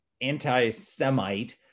anti-Semite